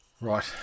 right